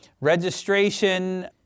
registration